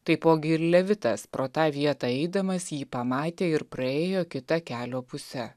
taipogi ir levitas pro tą vietą eidamas jį pamatė ir praėjo kita kelio puse